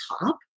top